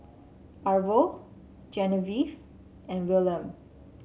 Arvo Genevieve and Wilhelm